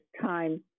time